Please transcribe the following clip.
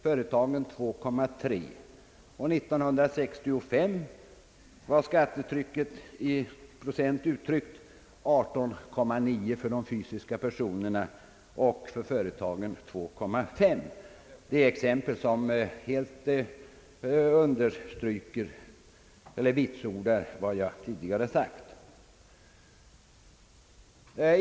År 1960 var siffrorna 12,8 respektive 2,3 procent och år 1965 18,9 respektive 2,5 procent. Dessa siffror bestyrker klart vad jag nu har sagt.